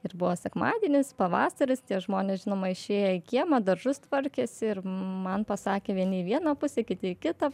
ir buvo sekmadienis pavasaris tie žmonės žinoma išėję į kiemą daržus tvarkėsi ir man pasakė vieni į vieną pusę kiti į kitą